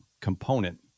component